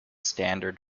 standard